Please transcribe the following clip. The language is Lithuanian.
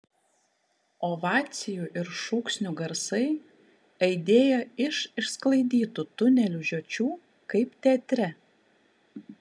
ovacijų ir šūksnių garsai aidėjo iš išsklaidytų tunelių žiočių kaip teatre